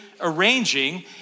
arranging